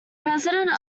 president